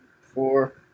Four